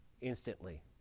instantly